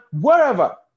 wherever